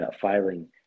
filing